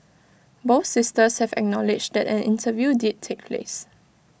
both sisters have acknowledged that an interview did take place